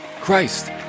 Christ